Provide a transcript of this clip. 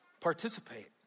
participate